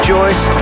Joyce